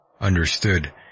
understood